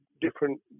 different